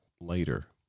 later